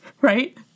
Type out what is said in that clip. right